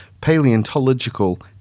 paleontological